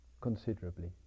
considerably